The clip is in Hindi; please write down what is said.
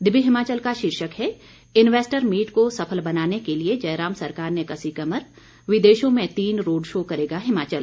दिव्य हिमाचल का शीर्षक है इन्वेस्टर मीट को सफल बनाने के लिये जयराम सरकार ने कसी कमर विदेशों में तीन रोड शो करेगा हिमाचल